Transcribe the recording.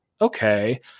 okay